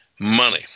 money